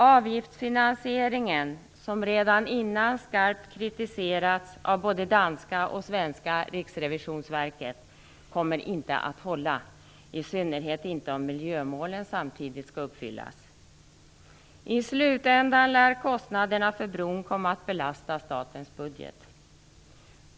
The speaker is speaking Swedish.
Avgiftsfinansieringen, som redan tidigare skarpt kritiserats av både det danska och det svenska riksrevisionsverket, kommer inte att hålla - i synnerhet inte om miljömålen samtidigt skall uppfyllas. I slutändan lär kostnaderna för bron komma att belasta statens budget.